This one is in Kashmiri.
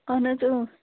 اَہَن حظ